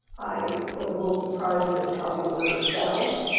i was a little surprised of how the order fell.